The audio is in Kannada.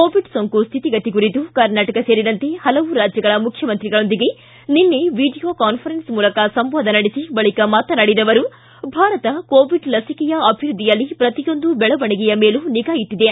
ಕೋವಿಡ್ ಸೋಂಕು ಸ್ಹಿತಿಗತಿ ಕುರಿತು ಕರ್ನಾಟಕ ಸೇರಿದಂತೆ ಪಲವು ರಾಜ್ಗಗಳ ಮುಖ್ಯಮಂತ್ರಿಗಳೊಂದಿಗೆ ನಿನ್ನೆ ವಿಡಿಯೋ ಕಾನ್ಫರೆನ್ಸ್ ಮೂಲಕ ಸಂವಾದ ನಡೆಸಿ ಬಳಕ ಮಾತನಾಡಿದ ಅವರು ಭಾರತ ಕೋವಿಡ್ ಲಸಿಕೆಯ ಅಭಿವೃದ್ದಿಯಲ್ಲಿ ಪ್ರತಿಯೊಂದು ದೆಳವಣಿಗೆಯ ಮೇಲೂ ನಿಗಾ ಇಟ್ಟಿದೆ